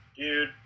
dude